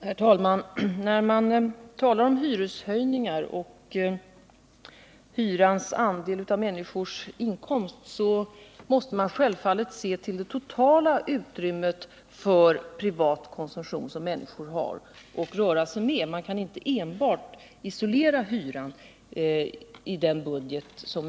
Herr talman! När man talar om hyreshöjningar och hyrans andel av 10 november 1978 människors inkomst måste man självfallet se till det totala utrymme för privat konsumtion som människor har att röra sig med; man kan ju inte isolera hyran i den budgeten.